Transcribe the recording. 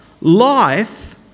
life